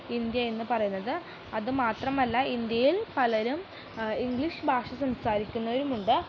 India എന്ന് പറയുന്നത് അത് മാത്രമല്ല ഇന്ത്യയിൽ പലരും ഇംഗ്ലീഷ് ഭാഷ സംസാരിക്കുന്നവരുമുണ്ട്